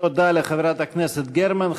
תודה לחברת הכנסת גרמן.